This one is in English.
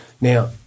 Now